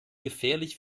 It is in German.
gefährlich